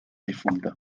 difunta